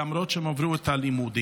למרות שהם עברו את הלימודים.